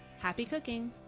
happy cooking!